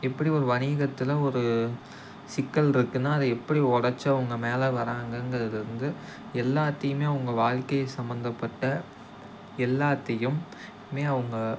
எப்படி ஒரு வணிகத்தில் ஒரு சிக்கல் இருக்குன்னா அது எப்படி ஒடைச்சி அவங்க மேலே வர்றாங்கங்கிறது வந்து எல்லாத்தையுமே அவங்க வாழ்க்கை சம்மந்தப்பட்ட எல்லாத்தையும் அவங்க